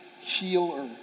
healer